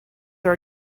are